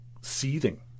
seething